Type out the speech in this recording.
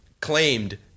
claimed